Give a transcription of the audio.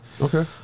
Okay